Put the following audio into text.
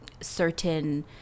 certain